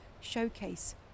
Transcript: showcase